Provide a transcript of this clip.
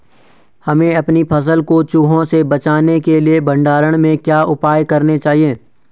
हमें अपनी फसल को चूहों से बचाने के लिए भंडारण में क्या उपाय करने चाहिए?